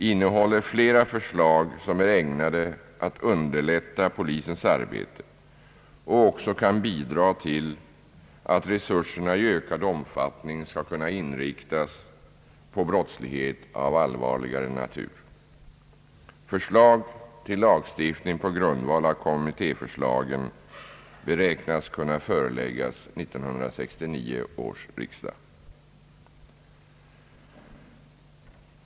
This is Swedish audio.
innehåller flera förslag som är ägnade att underlätta polisens arbete och också kan bidra till att resurserna i ökad omfattning skall kunna inriktas på brottslighet av allvarligare natur. Förslag till lagstiftning på grundval av kommittéförslagen beräknas kunna föreläggas 1969 års riksdag.